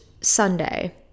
Sunday